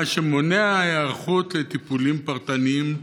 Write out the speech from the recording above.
מה שמונע היערכות לטיפולים פרטניים,